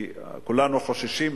כי כולנו חוששים,